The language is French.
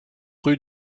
rue